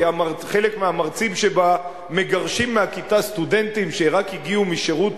כי חלק מהמרצים שבה מגרשים מהכיתה סטודנטים שרק הגיעו משירות